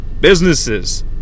businesses